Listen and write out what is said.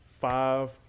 five